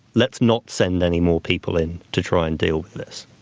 let's not send any more people in to try and deal with this.